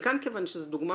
וכאן כיוון שזו דוגמה